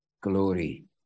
glory